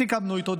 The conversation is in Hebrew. סיכמנו איתו,